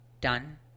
done